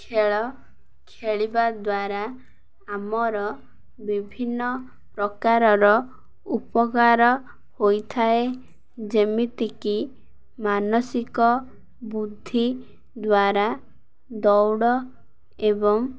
ଖେଳ ଖେଳିବା ଦ୍ୱାରା ଆମର ବିଭିନ୍ନ ପ୍ରକାରର ଉପକାର ହୋଇଥାଏ ଯେମିତିକି ମାନସିକ ବୁଦ୍ଧି ଦ୍ୱାରା ଦୌଡ଼ ଏବଂ